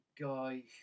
guy